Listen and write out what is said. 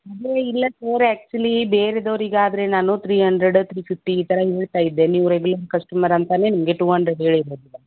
ಹಾಗೆಲ್ಲ ಇಲ್ಲ sir actually ಬೇರೆದವ್ರಿಗಾದ್ರೆ ನಾನು ಥ್ರೀ ಹಂಡ್ರೆಡ್ ಥ್ರೀ ಫಿಫ್ಟಿ ಈ ಥರ ಹೇಳ್ತಾ ಇದ್ದೆ ನೀವು ರೆಗ್ಯುಲರ್ ಕಸ್ಟಮರ್ ಅಂತಲೇ ನಿಮಗೆ ಟು ಹಂಡ್ರೆಡ್ ಹೇಳಿರೋದು